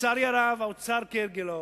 לצערי הרב, האוצר כהרגלו